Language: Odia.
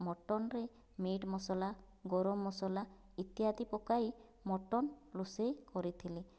ମଟନରେ ମିଟ୍ ମସଲା ଗରମ ମସଲା ଇତ୍ୟାଦି ପକାଇ ମଟନ ରୋଷେଇ କରିଥିଲି